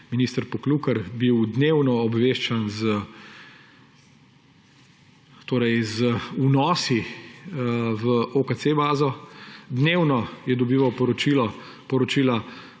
minister Poklukar bil dnevno obveščan z vnosi v bazo OKC, dnevno je dobival poročila,